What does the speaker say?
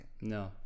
No